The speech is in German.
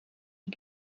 die